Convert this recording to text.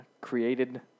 created